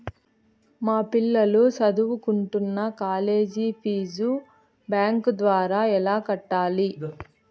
మా పిల్లలు సదువుకుంటున్న కాలేజీ ఫీజు బ్యాంకు ద్వారా ఎలా కట్టాలి?